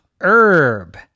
herb